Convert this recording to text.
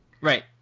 Right